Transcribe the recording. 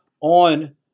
on